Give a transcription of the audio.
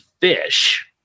Fish